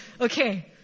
Okay